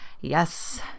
Yes